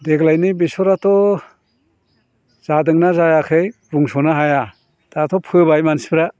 देग्लायनि बेसरआथ' जादों ना जायाखै बुंस'नो हाया दाथ' फोबाय मानसिफ्रा